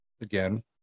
again